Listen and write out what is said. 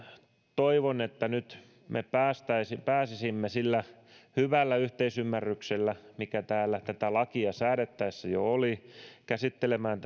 toivon että me nyt pääsisimme sillä hyvällä yhteisymmärryksellä mikä täällä tätä lakia säädettäessä jo oli käsittelemään